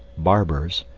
barbers,